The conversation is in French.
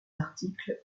articles